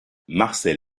marcel